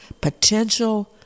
potential